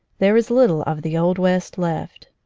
there is little of the old west left.